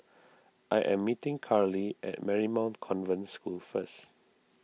I am meeting Karli at Marymount Convent School first